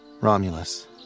Romulus